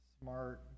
smart